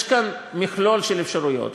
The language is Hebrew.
יש כאן מכלול של אפשרויות,